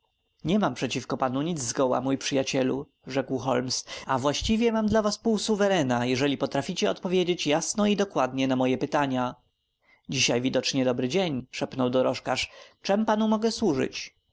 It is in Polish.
nie mam przeciwko wam nic zgoła mój przyjacielu odparł holmes a właściwie mam dla was pół suwerena jeżeli potraficie odpowiedzieć jasno i dokładnie na moje pytania dzisiaj widocznie dobry dzień szepnął dorożkarz czem panu mogę służyć